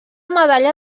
medalla